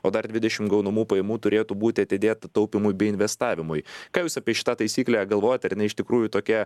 o dar dvidešimt gaunamų pajamų turėtų būti atidėta taupymui bei investavimui ką jūs apie šitą taisyklę galvojat ar jinai iš tikrųjų tokia